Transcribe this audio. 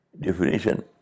definition